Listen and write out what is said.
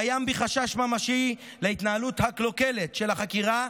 קיים בי חשש ממשי באשר להתנהלות הקלוקלת של החקירה,